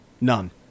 None